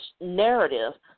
narrative